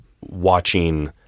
watching